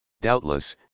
Doubtless